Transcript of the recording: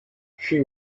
she